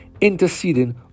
interceding